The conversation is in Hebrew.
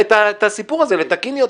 להפוך את הסיפור הזה לתקין יותר.